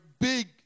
big